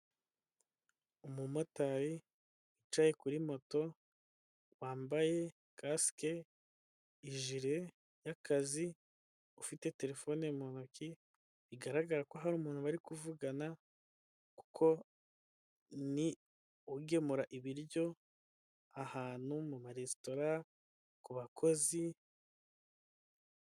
Umumotari wicaye kuri moto, wambaye kasike, ijire y'akazi, ufite telefone mu ntoki, bigaragara ko hari umuntu bari kuvugana, kuko ni ugemura ibiryo ahantu mu maresitora ku bakozi.